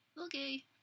okay